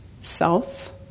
self